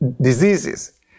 diseases